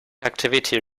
activity